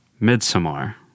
Midsommar